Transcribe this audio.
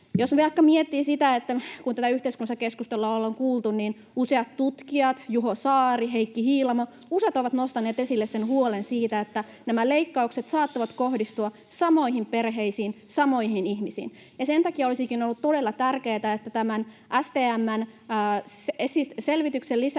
miettii sitä, että tätä yhteiskunnallista keskustelua ollaan kuultu, useat tutkijat — Juho Saari, Heikki Hiilamo — ovat nostaneet esille sen huolen siitä, että nämä leikkaukset saattavat kohdistua samoihin perheisiin, samoihin ihmisiin. Sen takia olisikin ollut todella tärkeätä, että tämän STM:n selvityksen lisäksi